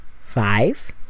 five